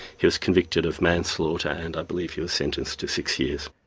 he was convicted of manslaughter, and i believe he was sentenced to six years.